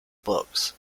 books